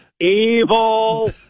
evil